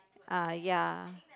ah ya